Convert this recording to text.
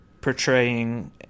portraying